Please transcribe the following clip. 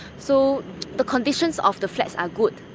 so the conditions of the flats are good,